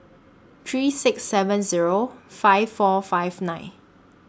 three six seven Zero five four five nine